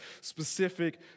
specific